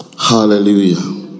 hallelujah